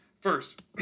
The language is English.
First